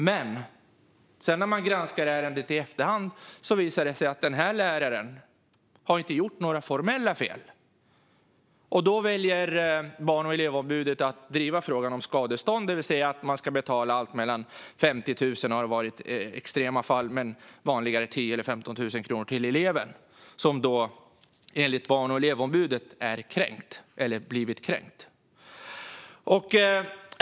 När ärendet granskas i efterhand visar det sig att läraren inte har gjort några formella fel. Då väljer Barn och elevombudet att driva frågan om skadestånd. I extrema fall har det handlat om att betala 50 000 kronor till den elev som enligt Barn och elevombudet blivit kränkt, men det är vanligare med 10 000 eller 15 000 kronor.